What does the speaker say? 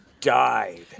died